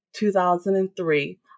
2003